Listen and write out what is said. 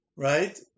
Right